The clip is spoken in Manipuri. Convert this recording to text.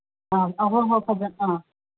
ꯑ ꯍꯣꯏ ꯍꯣꯏ ꯑ